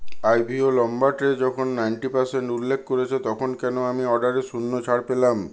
I V ও লম্বা tray যখন নাইনটি পারসেন্ট উল্লেখ করেছে তখন কেন আমি অর্ডারে শূন্য ছাড় পেলাম